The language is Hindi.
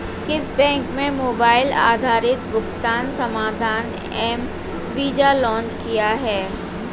किस बैंक ने मोबाइल आधारित भुगतान समाधान एम वीज़ा लॉन्च किया है?